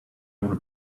will